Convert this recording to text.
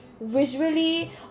visually